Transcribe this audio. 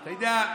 אתה יודע,